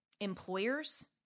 Employers